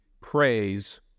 praise